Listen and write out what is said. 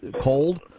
cold